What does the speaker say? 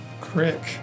Crick